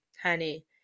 honey